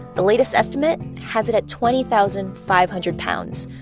the latest estimate has it at twenty thousand five hundred pounds,